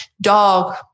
dog